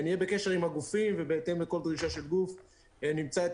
נהיה בקשר עם הגופים ובהתאם לכל דרישה של גוף נמצא את